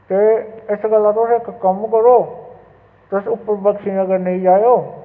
ते इस गल्ला तुस इक कम्म करो तुस उप्पर बक्शीनगर नेईं जाएओ